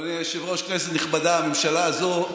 אדוני היושב-ראש, כנסת נכבדה, הממשלה הזאת,